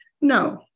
No